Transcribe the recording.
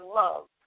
love